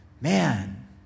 Man